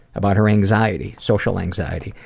about her anxiety, social anxiety,